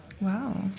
Wow